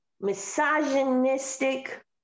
misogynistic